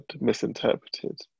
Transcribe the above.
misinterpreted